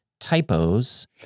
typos